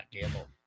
gamble